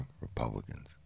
Republicans